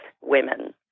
women